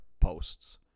posts